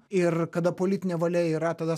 ir kada politinė valia yra tada